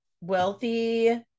Wealthy